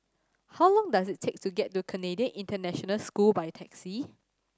how long does it take to get to Canadian International School by taxi